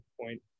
point